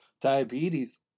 diabetes